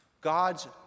God's